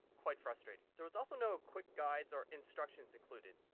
quite frustrating. there was also no quick guides or instructions included.